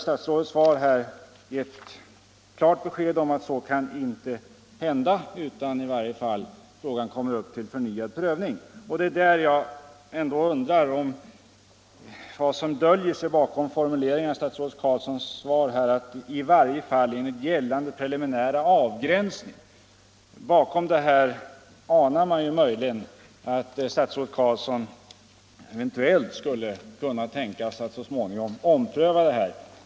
Statsrådets svar här har givit klart besked om att något sådant inte kan hända utan att frågan i varje fall kommer upp till förnyad prövning. Nu undrar jag vad som döljer sig bakom formuleringen i statsrådet Carlssons svar när han säger ”i varje fall enligt gällande preliminära avgränsning”. Bakom denna formulering anar man möjligen att statsrådet Carlsson eventuellt skulle kunna tänka sig att så småningom ompröva det här.